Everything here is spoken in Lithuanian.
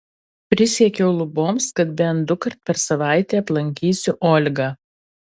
prisiekiau luboms kad bent dukart per savaitę aplankysiu olgą